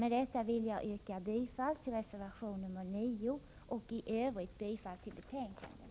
Med detta vill jag yrka bifall till reservation 9 och i övrigt till utskottets hemställan.